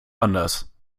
anders